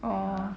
oh